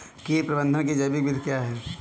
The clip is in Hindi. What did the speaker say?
कीट प्रबंधक की जैविक विधि क्या है?